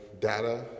data